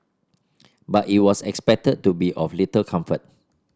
but it was expected to be of little comfort